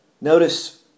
Notice